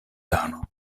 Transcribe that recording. dano